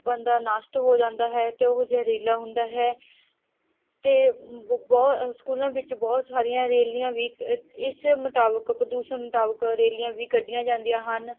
ਬੰਦਾ ਨਸ਼ਟ ਹੋ ਜਾਂਦਾ ਹੈ ਅਤੇ ਉਹ ਜ਼ਹਿਰੀਲਾ ਹੁੰਦਾ ਹੈ ਅਤੇ ਬਹੁ ਸਕੂਲਾਂ ਵਿੱਚ ਬਹੁਤ ਸਾਰੀਆਂ ਰੈਲੀਆਂ ਵੀ ਇ ਇਸੇ ਮੁਤਾਬਿਕ ਪ੍ਰਦੂਸ਼ਣ ਮੁਤਾਬਿਕ ਰੈਲੀਆਂ ਵੀ ਕੱਢੀਆਂ ਜਾਂਦੀਆਂ ਹਨ